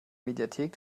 mediathek